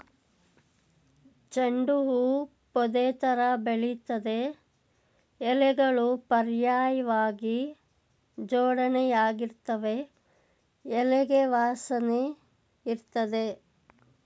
ಚೆಂಡು ಹೂ ಪೊದೆತರ ಬೆಳಿತದೆ ಎಲೆಗಳು ಪರ್ಯಾಯ್ವಾಗಿ ಜೋಡಣೆಯಾಗಿರ್ತವೆ ಎಲೆಗೆ ವಾಸನೆಯಿರ್ತದೆ